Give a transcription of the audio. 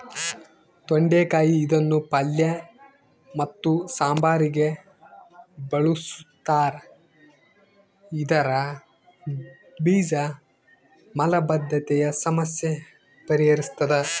ತೊಂಡೆಕಾಯಿ ಇದನ್ನು ಪಲ್ಯ ಮತ್ತು ಸಾಂಬಾರಿಗೆ ಬಳುಸ್ತಾರ ಇದರ ಬೀಜ ಮಲಬದ್ಧತೆಯ ಸಮಸ್ಯೆ ಪರಿಹರಿಸ್ತಾದ